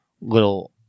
little